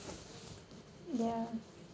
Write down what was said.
ya